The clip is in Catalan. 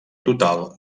total